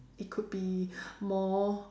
it could be more